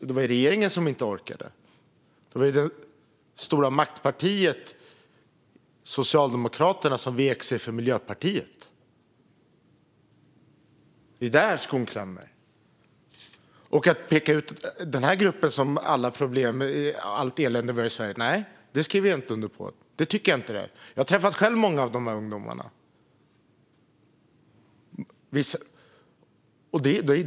Det var regeringen som inte orkade. Det var det stora maktpartiet Socialdemokraterna som vek sig för Miljöpartiet. Det är där skon klämmer. Att peka ut den här gruppen som skyldig till alla problem och allt elände vi har i Sverige - nej, det skriver jag inte under på. Så tycker jag inte att det är. Jag träffar själv många av de här ungdomarna.